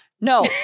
No